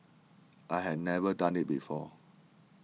I had never done it before